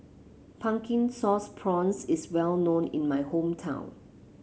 Pumpkin Sauce Prawns is well known in my hometown